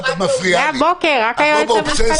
מהבוקר רק היועץ המשפטי.